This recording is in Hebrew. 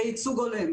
--- בייצוג הולם.